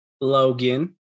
Logan